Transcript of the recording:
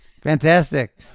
Fantastic